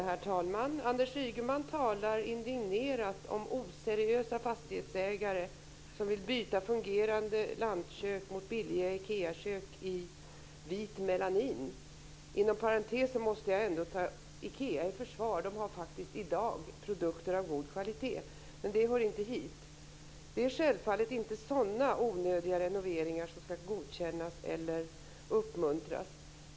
Herr talman! Anders Ygeman talar indignerat om oseriösa fastighetsägare som vill byta fungerande lantkök mot billiga Ikeakök i vit melanin. Inom parentes måste jag ta Ikea i försvar. De har faktiskt i dag produkter av god kvalitet, men det hör inte hit. Det är självfallet inte sådana onödiga renoveringar som ska godkännas eller uppmuntras.